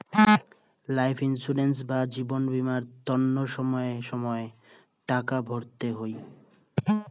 life insurance বা জীবন বীমার তন্ন সময়ে সময়ে টাকা ভরতে হই